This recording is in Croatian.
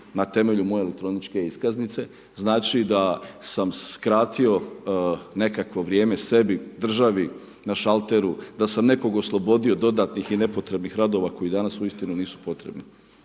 na temelju moje elektroničke iskaznice, znači da sam skratio nekako vrijeme sebi, državi, na šalteru, da sam nekoga oslobodio dodatnih i nepotrebnih radova, koji danas, uistinu nisu potrebni.